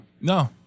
No